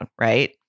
Right